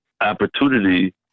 opportunity